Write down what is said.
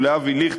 ולאבי ליכט,